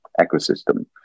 ecosystem